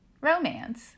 romance